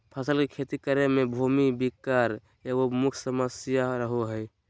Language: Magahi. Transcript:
फसल के खेती करे में भूमि विकार एगो मुख्य समस्या रहो हइ